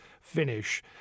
finish